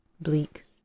Bleak